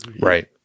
Right